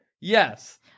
Yes